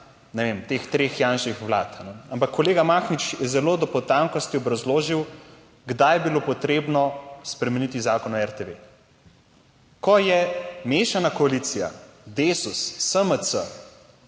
ne vem, teh treh Janševih vlad, ampak kolega Mahnič je zelo do potankosti obrazložil kdaj je bilo potrebno spremeniti Zakon o RTV. Ko je mešana koalicija, Desus, SMC,